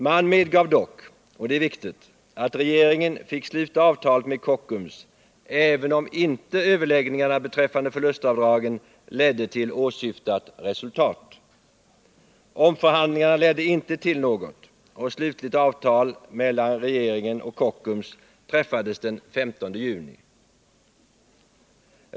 Man medgav dock, och det är viktigt, att regeringen fick sluta avtalet med Kockums även om överläggningarna beträffande förlustavdragen inte ledde till åsyftat resultat. Omförhandlingarna ledde inte till något, och slutligt avtal mellan regeringen och Kockums träffades den 15 juni.